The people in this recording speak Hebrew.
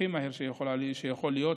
הכי מהר שיכול להיות,